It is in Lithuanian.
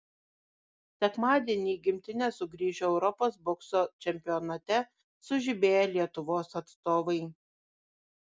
sekmadienį į gimtinę sugrįžo europos bokso čempionate sužibėję lietuvos atstovai